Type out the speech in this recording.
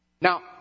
Now